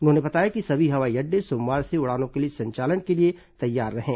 उन्होंने बताया कि सभी हवाई अड्डे सोमवार से उड़ानों के संचालन के लिए तैयार रहें